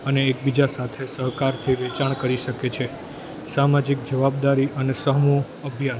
અને એકબીજા સાથે સહકારથી વેચાણ કરી શકે છે સામાજિક જવાબદારી અને સમૂહ અભિયાન